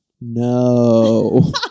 No